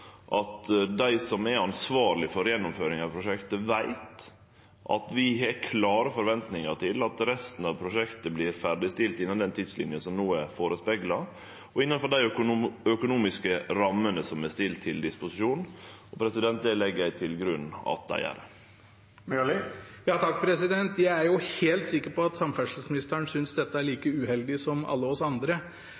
at dei som er ansvarlege for gjennomføringa av prosjektet, veit at vi har klare forventningar til at resten av prosjektet vert ferdigstilt innan den tidslinja som no er førespegla, og innanfor dei økonomiske rammene som er stilte til disposisjon. Det legg eg til grunn at dei gjer. Jeg er helt sikker på at samferdselsministeren synes dette er like uheldig som alle vi andre. Men nå er